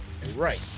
Right